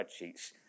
spreadsheets